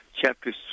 chapter